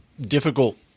difficult